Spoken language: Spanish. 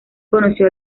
conoció